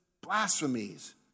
blasphemies